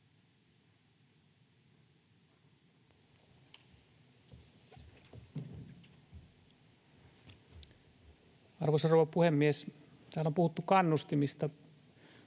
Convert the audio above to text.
Arvoisa rouva puhemies! Täällä on puhuttu kannustimista.